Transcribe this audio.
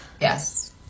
Yes